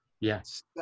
Yes